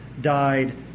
died